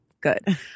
good